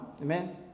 amen